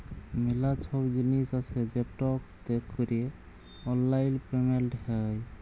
ম্যালা ছব জিলিস আসে যেটতে ক্যরে অললাইল পেমেলট হ্যয়